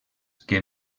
que